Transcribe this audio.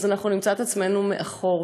אנחנו נמצא את עצמנו מאחור.